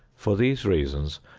for these reasons,